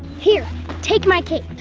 here take my cape.